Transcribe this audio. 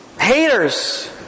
haters